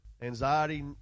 anxiety